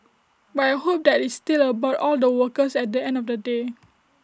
but I hope that IT is still all about the workers at the end of the day